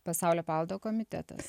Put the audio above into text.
pasaulio paveldo komitetas